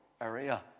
area